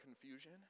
confusion